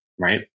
Right